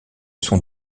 sont